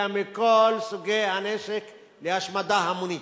אלא מכל סוגי הנשק להשמדה המונית,